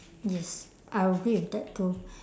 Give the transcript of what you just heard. yes I agree with that too